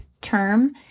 term